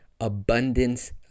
abundance